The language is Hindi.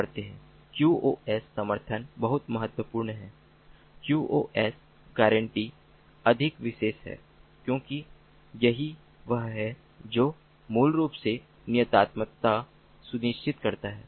क्यूओएस समर्थन बहुत महत्वपूर्ण है क्यूओएस गारंटी अधिक विशेष है क्योंकि यही वह है जो मूल रूप से नियतात्मकता सुनिश्चित करता है